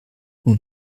nun